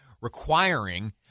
requiring